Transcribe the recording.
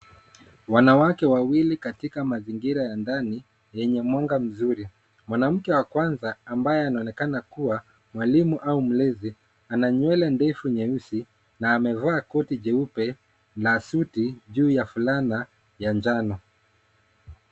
Wanawake wawili katika mazingira ya ndani yenye mwanga mzuri. Mwanamke wa kwanza ambaye anaonekana kuwa mwalimu au mlezi ana nywele ndefu nyeusi na amevaa koti jeupe la suti juu ya fulana ya njano.